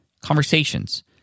conversations